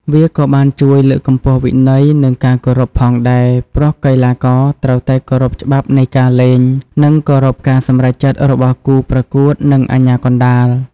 វាក៏បានជួយ លើកកម្ពស់វិន័យ និងការគោរព ផងដែរ ព្រោះកីឡាករត្រូវតែគោរពច្បាប់នៃការលេង និងគោរពការសម្រេចចិត្តរបស់គូប្រកួតនិងអាជ្ញាកណ្តាល។